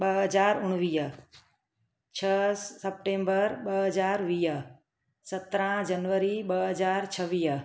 ॿ हज़ार उणिवीह छह सप्टैंबर ॿ हज़ार वीह सत्रहं जनवरी ॿ हज़ार छवीह